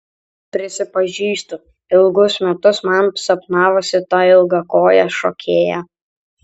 prisipažįstu ilgus metus man sapnavosi ta ilgakojė šokėja